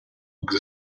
agus